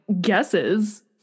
guesses